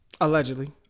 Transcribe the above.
allegedly